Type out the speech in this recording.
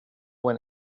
when